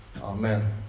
Amen